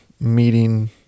meeting